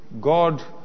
God